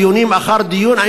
דיון אחר דיון,